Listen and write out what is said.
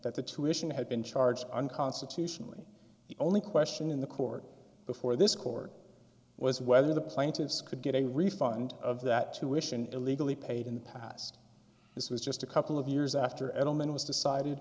that the tuition had been charged unconstitutionally the only question in the court before this court was whether the plaintiffs could get a refund of that tuition illegally paid in the past this was just a couple of years after adelman was decided